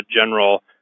general